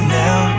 now